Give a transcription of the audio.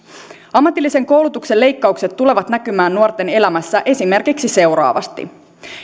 ammatillisen koulutuksen leikkaukset tulevat näkymään nuorten elämässä esimerkiksi seuraavasti